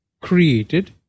created